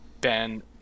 Ben